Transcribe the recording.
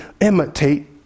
imitate